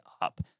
up